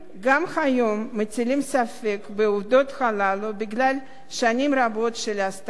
ספק בעובדות הללו בגלל שנים רבות של הסתרה והכחשה.